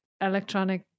electronic